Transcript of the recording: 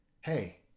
hey